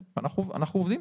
כן, אנחנו עובדים.